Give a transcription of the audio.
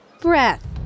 breath